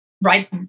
right